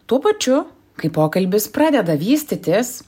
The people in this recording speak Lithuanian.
tuo pačiu kai pokalbis pradeda vystytis